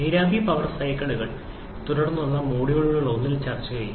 നീരാവി പവർ സൈക്കിളുകൾ തുടർന്നുള്ള മൊഡ്യൂളുകളിലൊന്നിൽ ചർച്ചചെയ്യും